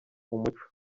umuco